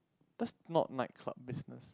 that's not nightclub business